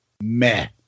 meh